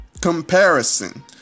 comparison